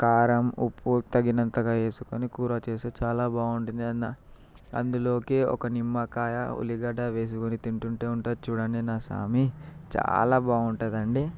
కారం ఉప్పు తగినంతగా వేసుకొని కూర చేస్తే చాలా బాగుంటుంది అందులోకి ఒక నిమ్మకాయ ఉల్లిగడ్డ వేసుకొని తింటుంటే ఉంటుంది చూడండి న స్వామి చాలా బాగుంటుంది అండి